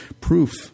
proof